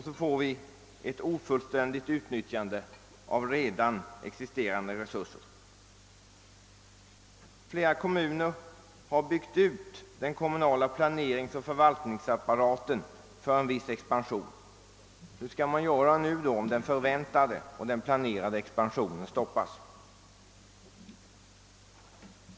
Då får vi ett ofullständigt utnyttjande av redan existerande resurser. Ett antal kommuner har också byggt ut den kommunala planeringsoch förvaltningsapparaten för en viss expansion. Hur skall man göra där, om den förväntade och planerade expansionen stoppas?